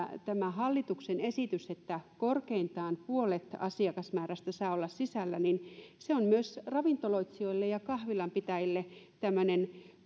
tämä hallituksen esitys että korkeintaan puolet asiakasmäärästä saa olla sisällä on myös ravintoloitsijoille ja kahvilanpitäjille tämmöinen